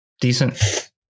decent